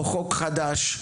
חוק חדש,